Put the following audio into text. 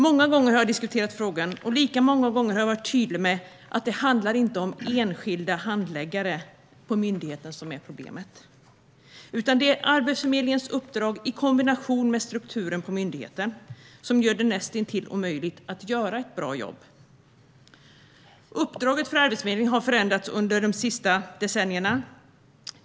Många gånger har jag diskuterat frågan, och lika många gånger har jag varit tydlig med att problemet inte handlar om enskilda handläggare på myndigheten, utan det är Arbetsförmedlingens uppdrag i kombination med strukturen på myndigheten som gör det näst intill omöjligt att göra ett bra jobb. Uppdraget för Arbetsförmedlingen har förändrats under de senaste decennierna.